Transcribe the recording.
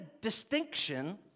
distinction